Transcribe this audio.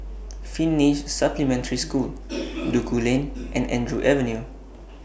Finnish Supplementary School Duku Lane and Andrew Avenue